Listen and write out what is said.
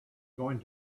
going